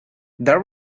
that